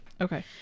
okay